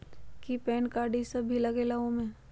कि PAN card इ सब भी लगेगा वो में?